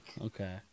Okay